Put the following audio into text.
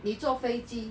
你坐飞机